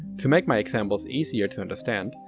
to make my examples easier to understand,